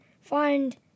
find